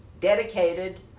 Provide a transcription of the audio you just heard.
dedicated